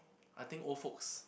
I think old folks